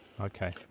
okay